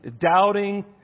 Doubting